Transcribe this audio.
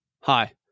Hi